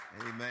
Amen